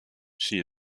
she